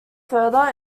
further